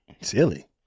Silly